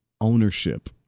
ownership